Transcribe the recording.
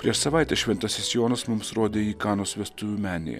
prieš savaitę šventasis jonas mums rodė jį kanos vestuvių menėje